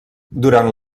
durant